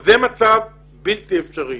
זה מצב בלתי אפשרי.